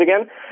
again